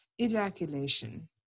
ejaculation